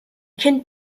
kind